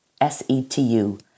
SETU